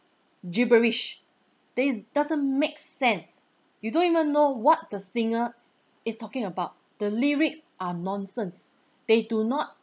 gibberish they doesn't make sense you don't even know what the singer is talking about the lyrics are nonsense they do not